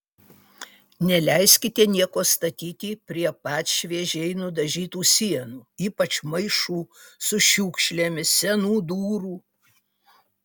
neleiskite nieko statyti prie pat šviežiai nudažytų sienų ypač maišų su šiukšlėmis senų durų